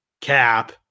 cap